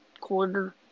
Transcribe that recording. quarter